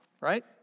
right